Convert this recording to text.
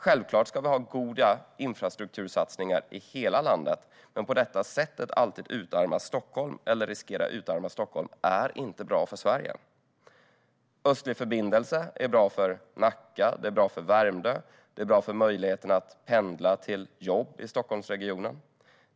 Självklart ska vi ha goda infrastruktursatsningar i hela landet, men att på detta sätt riskera att utarma Stockholm är inte bra för Sverige. Östlig förbindelse är bra för Nacka och Värmdö och för möjligheterna att pendla till jobb i Stockholmsregionen.